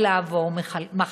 ולעבור מחלקה.